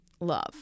love